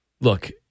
look